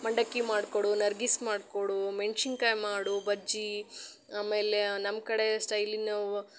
ಮಂಡಕ್ಕಿ ಮಾಡಿಕೊಡು ನರ್ಗಿಸ್ ಮಾಡಿಕೊಡು ಮೆಣ್ಶಿನ್ಕಾಯಿ ಮಾಡು ಬಜ್ಜಿ ಆಮೇಲೆ ನಮ್ಮ ಕಡೆ ಸ್ಟೈಲಿನವು